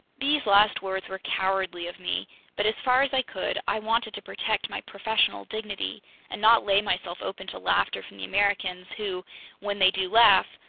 these last words were cowardly of me but as far as i could, i wanted to protect my professorial dignity and not lay myself open to laughter from the americans, who when they do laugh,